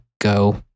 go